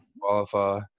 qualify